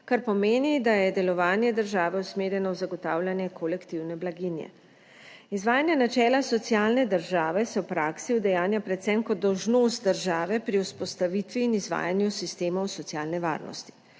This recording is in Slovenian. kar pomeni, da je delovanje države usmerjeno v zagotavljanje kolektivne blaginje. Izvajanje načela socialne države se v praksi udejanja predvsem kot dolžnost države pri vzpostavitvi in izvajanju sistemov socialne varnosti.